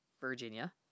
Virginia